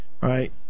right